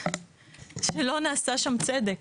שלא נעשה איתם צדק.